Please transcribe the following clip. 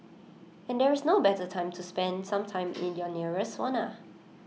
and there is no better time to spend some time in your nearest sauna